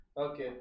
okay